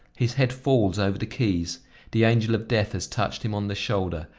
his head falls over the keys the angel of death has touched him on the shoulder,